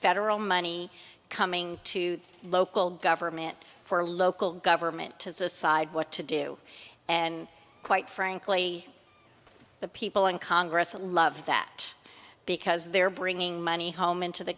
federal money coming to local government for local government is aside what to do and quite frankly the people in congress love that because they're bringing money home into the